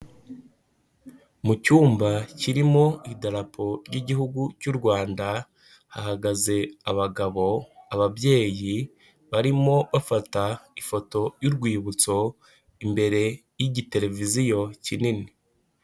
Mu cyumba kirimo idarapo ry'igihugu cy'u Rwanda hahagaze abagabo, ababyeyi barimo bafata ifoto y'urwibutso imbere y'igiteleviziyo kinini.